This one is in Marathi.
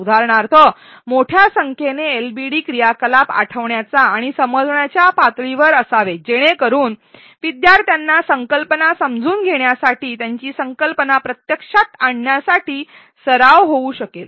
उदाहरणार्थ मोठ्या संख्येने एलबीडी क्रियाकलाप आठवण्याचा आणि समजण्याच्या पातळीवर असावेत जेणेकरुन विद्यार्थ्यांना संकल्पना समजून घेण्यासाठी त्यांची संकल्पना प्रत्यक्षात आणण्यासाठी सराव होऊ शकेल